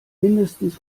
mindestens